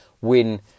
win